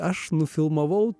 aš nufilmavau